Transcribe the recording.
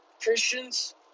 Christians